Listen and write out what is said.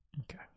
Okay